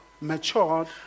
matured